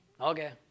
Okay